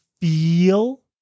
feel